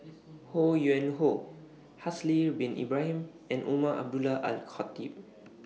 Ho Yuen Hoe Haslir Bin Ibrahim and Umar Abdullah Al Khatib